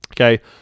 Okay